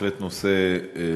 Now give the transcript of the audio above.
בהחלט נושא חשוב,